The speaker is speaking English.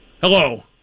Hello